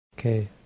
Okay